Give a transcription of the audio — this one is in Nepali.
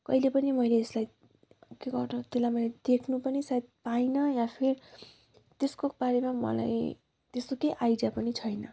कहिले पनि मैले यसलाई के गर्नु त्यसलाई मैले देख्नु पनि सकी पाइनँ या फिर त्यसको बारेमा मलाई त्यस्तो केही आइडिया पनि छैन